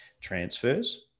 transfers